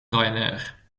ryanair